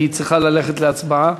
היא צריכה ללכת להצבעה.